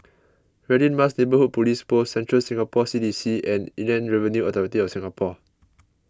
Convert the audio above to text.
Radin Mas Neighbourhood Police Post Central Singapore C D C and Inland Revenue Authority of Singapore